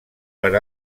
per